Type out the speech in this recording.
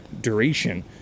duration